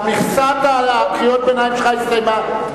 מכסת קריאות הביניים שלך הסתיימה.